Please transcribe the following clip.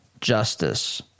justice